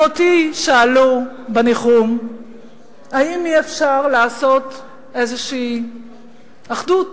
גם אותי שאלו בניחום אם אי-אפשר לעשות איזושהי אחדות.